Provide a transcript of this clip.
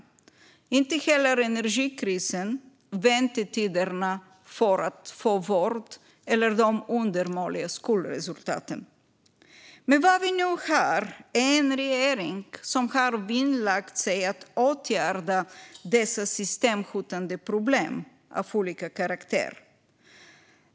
Det har inte heller energikrisen, väntetiderna för att få vård eller de undermåliga skolresultaten. Vad vi nu har är dock en regering som har vinnlagt sig om att åtgärda dessa systemhotande problem av olika karaktär.